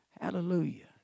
Hallelujah